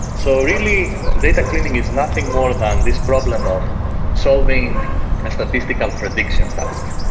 so really, data cleaning is nothing more than this problem of solving a statistical prediction task.